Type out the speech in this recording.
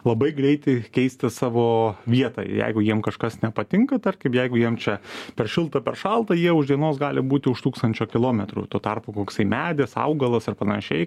labai greitai keisti savo vietą jeigu jiem kažkas nepatinka tarkim jeigu jiem čia per šilta per šalta jie už dienos gali būti už tūkstančio kilometrų tuo tarpu koksai medis augalas ar panašiai